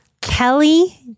Kelly